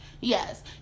Yes